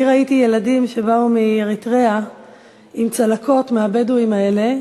אני ראיתי ילדים שבאו מאריתריאה עם צלקות מהבדואים האלה,